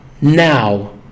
now